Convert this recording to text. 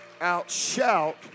Outshout